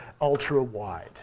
ultra-wide